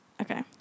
Okay